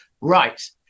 Right